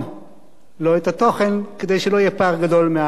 לא את התוכן, כדי שלא יהיה פער גדול מההצבעה שלי.